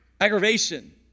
aggravation